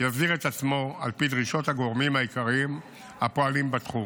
יסדיר את עצמו על פי דרישות הגורמים העיקריים הפועלים בתחום,